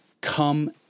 come